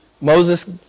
Moses